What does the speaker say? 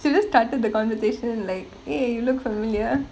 so you just started the conversation like eh you look familiar